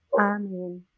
Amen